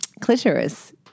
clitoris